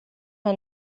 her